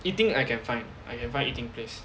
eating I can find I can find eating place